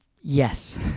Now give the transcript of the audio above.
Yes